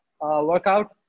workout